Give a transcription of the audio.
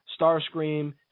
Starscream